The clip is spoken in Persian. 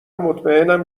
مطمئنم